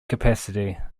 capacity